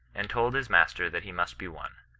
and told his master that he must be one.